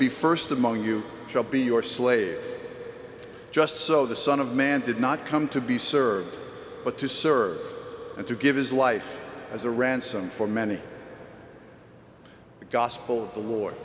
be st among you shall be your slave just so the son of man did not come to be served but to serve and to give his life as a ransom for many the gospel the war